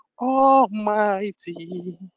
Almighty